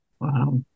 Wow